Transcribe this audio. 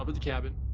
ah the cabin.